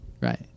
Right